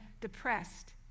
depressed